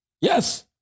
Yes